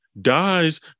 dies